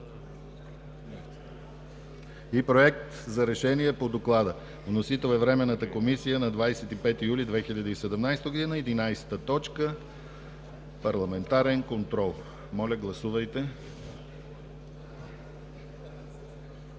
и Проект за решение по доклада. Вносител е Временната комисия на 25 юли 2017 г. 11. Парламентарен контрол. Моля, гласувайте.